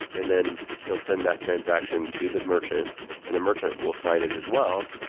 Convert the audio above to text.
and then he'll send that transaction to the merchant and the merchant will sign it as well,